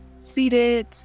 seated